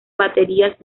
baterías